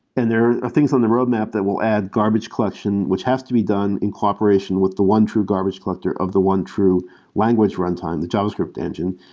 and there are things on the road map that will add garbage collection, which has to be done in cooperation with the one true garbage collector of the one true language runtime, the javascript engine.